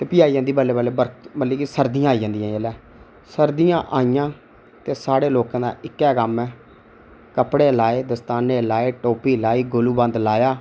ते भी आई जंदी बल्लें बल्लें सर्दियां आई जंदियां जेल्लै सर्दियां आइयां ते साढे लोकें इक्कै कम्म ऐ कपड़े लाए दस्ताने लाए टोपी लाई गुलूबंद लाया